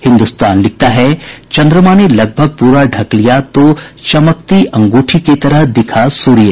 हिन्दुस्तान लिखता है चंद्रमा ने लगभग पूरा ढक लिया तो चमकती अंगूठी की तरह दिखा सूर्य